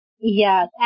Yes